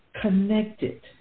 connected